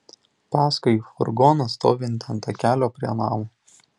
paskui į furgoną stovintį ant takelio prie namo